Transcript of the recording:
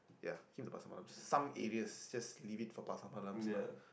ya keep for Pasar Malam some areas just leave it for Pasar Malams lah